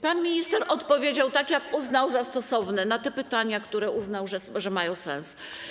Pan minister odpowiedział tak, jak uznał za stosowne, na te pytania, co do których uznał, że mają sens.